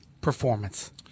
performance